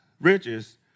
riches